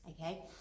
okay